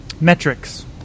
metrics